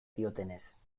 diotenez